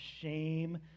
shame